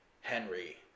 Henry